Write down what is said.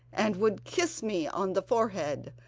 and would kiss me on the forehead,